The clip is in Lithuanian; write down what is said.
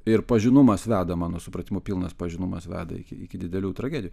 ir pažinumas veda mano supratimu pilnas pažinumas veda iki iki didelių tragedijų